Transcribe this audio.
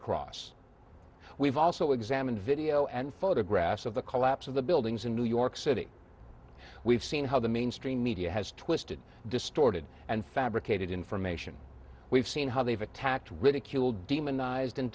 across we've also examined video and photographs of the collapse of the buildings in new york city we've seen how the mainstream media has twisted distorted and fabricated information we've seen how they've attacked ridiculed demonized and